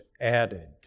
added